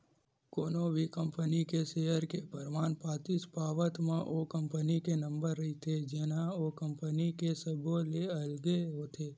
कोनो भी कंपनी के सेयर के परमान पातीच पावत म ओ कंपनी के नंबर रहिथे जेनहा ओ कंपनी के सब्बो ले अलगे होथे